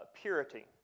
purity